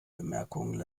bemerkungen